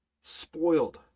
spoiled